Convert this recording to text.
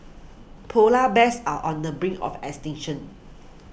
Polar Bears are on the brink of extinction